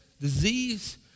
disease